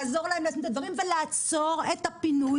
לעזור להם לשים את הדברים ולעצור את הפינוי